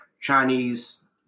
Chinese